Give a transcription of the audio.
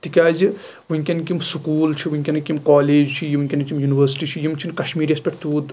تِکیازِ وُنکٮ۪نٕکۍ یِم سکوٗل چھِ وُنکٮ۪نٕکۍ یِم کالج چھِ وُنٛکٮ۪نٕکۍ یِم یونیورسٹی چھِ نہٕ کشمیٖری یس پٮ۪ٹھ تیوٗت